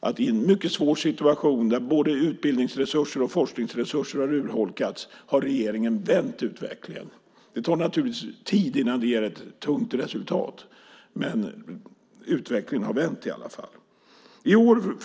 att i en mycket svår situation där både utbildningsresurser och forskningsresurser har urholkats har regeringen vänt utvecklingen. Det tar naturligtvis tid innan det ger ett tungt resultat, men utvecklingen har i alla fall vänt.